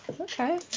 okay